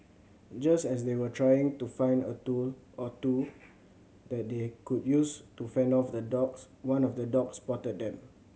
just as they were trying to find a tool or two that they could use to fend off the dogs one of the dogs spotted them